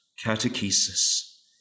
catechesis